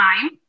time